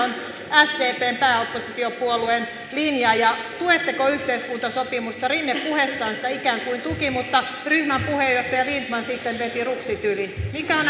on sdpn pääoppositiopuolueen linja ja tuetteko yhteiskuntasopimusta rinne puheessaan sitä ikään kuin tuki mutta ryhmän puheenjohtaja lindtman sitten veti ruksit yli mikä on